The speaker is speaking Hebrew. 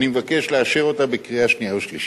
אני מבקש לאשר אותה בקריאה שנייה ושלישית.